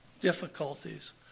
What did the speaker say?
difficulties